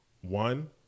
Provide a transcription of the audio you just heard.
One